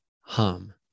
hum